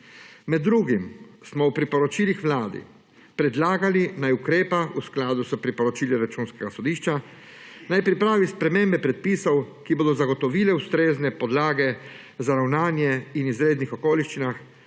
Med drugim smo v priporočilih vladi predlagali, naj ukrepa v skladu s priporočili Računskega sodišča, naj pripravi spremembe predpisov, ki bodo zagotovile ustrezne podlage za ravnanje v izrednih okoliščinah,